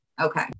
Okay